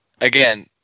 again